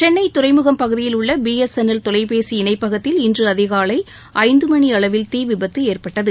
சென்னை துறைமுகம் பகுதியில் உள்ள பி எஸ் என் எல் தொலைபேசி இணைப்பகத்தில் இன்று அதிகாலை ஐந்து மணி அளவில் தீ விபத்து ஏற்பட்டது